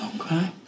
okay